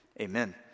amen